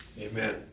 Amen